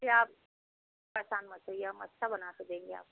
इसलिए आप परेशान मत होइए हम अच्छा बना कर देंगे आपको